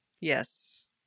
Yes